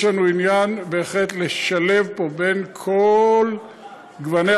יש לנו עניין בהחלט לשלב פה את כל גווני